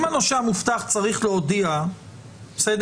אם הנושה המובטח צריך להודיע לנאמן